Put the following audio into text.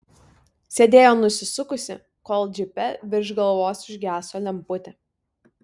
sėdėjo nusisukusi kol džipe virš galvos užgeso lemputė